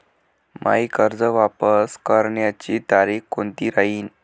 मायी कर्ज वापस करण्याची तारखी कोनती राहीन?